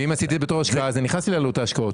ואם עשיתי את זה בתור השקעה זה נכנס לי לעלות ההשקעות.